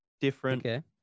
different